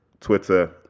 twitter